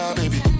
baby